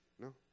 No